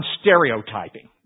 stereotyping